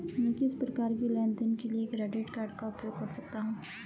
मैं किस प्रकार के लेनदेन के लिए क्रेडिट कार्ड का उपयोग कर सकता हूं?